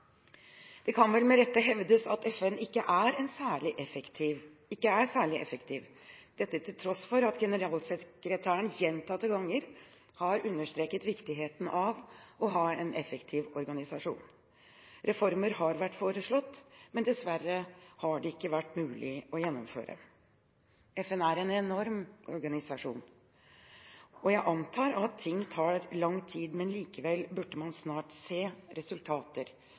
Det kan vel med rette hevdes at FN ikke er særlig effektiv, dette til tross for at generalsekretæren gjentatte ganger har understreket viktigheten av å ha en effektiv organisasjon. Reformer har vært foreslått, men dessverre har disse ikke vært mulig å gjennomføre. FN er en enorm organisasjon. Jeg antar at ting tar lang tid. Likevel burde man snart se resultater,